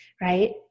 right